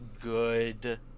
good